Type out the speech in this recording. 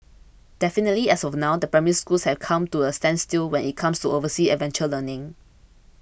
definitely as of now the Primary Schools have come to a standstill when it comes to overseas adventure learning